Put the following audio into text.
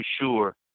sure